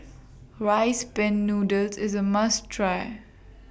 Rice Pin Noodles IS A must Try